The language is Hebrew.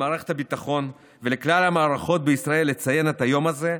למערכת הביטחון ולכל המערכות בישראל לציין את היום הזה,